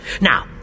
Now